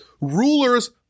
rulers